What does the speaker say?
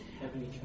heavenly